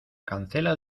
cancela